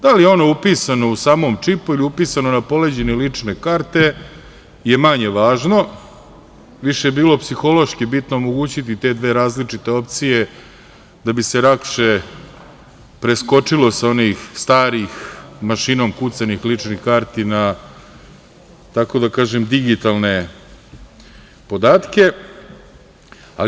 Da li je ono upisano u samom čipu ili je upisano na poleđini lične karte je manje važno, više je bilo psihološki bitno omogućiti te dve različite opcije da bi se lakše preskočilo sa onih starih mašinom kucanih ličnih karti na digitalne podatke.